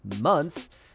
month